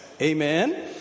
Amen